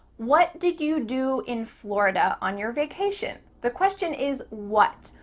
what did you do in florida on your vacation? the question is what.